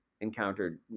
encountered